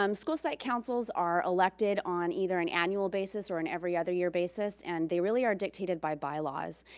um school site councils are elected on either an annual basis or an every other year basis and they really are dictated by bylaws.